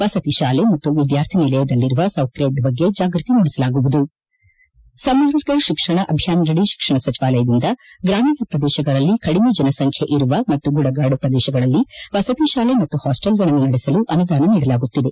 ಮಸಿ ಶಾಲೆ ಮತ್ತು ವಿದ್ಕಾರ್ಥಿ ನಿಲಯದಲ್ಲಿರುವ ಸೌಕರ್ಯದ ಬಗ್ಗೆ ಜಾಗೃತಿ ಮೂಡಿಸಲಾಗುವುದು ಸಮಗ್ರ ಶಿಕ್ಷಣ ಅಭಿಯಾನದಡಿ ಶಿಕ್ಷಣ ಸಚಿವಾಲಯದಿಂದ ಗೂಮೀಣ ಪ್ರದೇಶಗಳಲ್ಲಿ ಕಡಿಮೆ ಜನಸಂಖ್ಯೆ ಇರುವ ಮತ್ತು ಗುಡ್ಡಗಾಡು ಪ್ರದೇಶಗಳಲ್ಲಿ ವಸತಿ ಶಾಲೆ ಮತ್ತು ಹಾಸ್ವೆಲ್ಗಳನ್ನು ನಡೆಸಲು ಅನುದಾನ ನೀಡಲಾಗುತ್ತಿದೆ